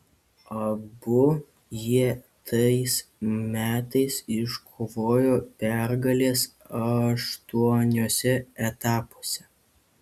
abu jie tais metais iškovojo pergales aštuoniuose etapuose